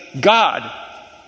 God